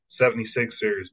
76ers